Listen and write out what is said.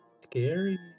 Scary